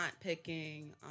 picking